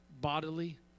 bodily